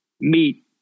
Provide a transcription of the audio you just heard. meat